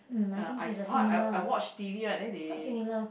mm I think it's a similar lah quite similar